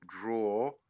draw